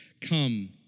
come